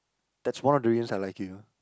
that's one of the reasons I like you